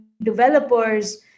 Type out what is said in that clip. developers